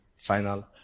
final